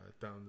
Down